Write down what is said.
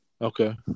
Okay